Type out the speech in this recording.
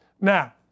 Now